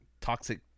toxic